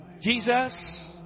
Jesus